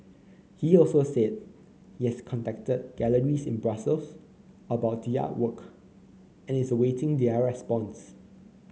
he also said yes contacted galleries in Brussels about the artwork and is awaiting their response